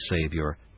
Savior